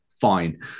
fine